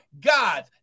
God